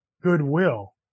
goodwill